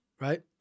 Right